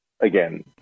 again